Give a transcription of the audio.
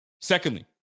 Secondly